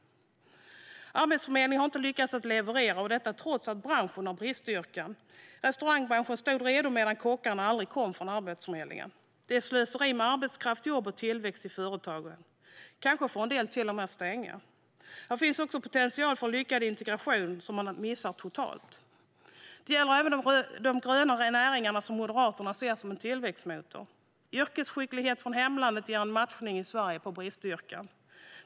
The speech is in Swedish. Arbetsförmedlingen har inte lyckats att leverera, detta trots att det finns branscher med bristyrken. Restaurangbranschen står redo medan kockarna aldrig kommer från Arbetsförmedlingen. Det är slöseri med arbetskraft, jobb och tillväxt i företagen. Kanske får en del till och med stänga. Det finns också en potential för en lyckad integration som har missats totalt. Det gäller även de gröna näringarna, som Moderaterna ser som en tillväxtmotor. Yrkesskicklighet från hemlandet ger en matchning i Sverige i bristyrken.